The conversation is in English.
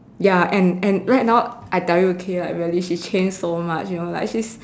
ya and and right now I tell you okay like really she change so much you know like she's